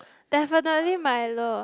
definitely Milo